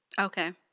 Okay